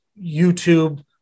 YouTube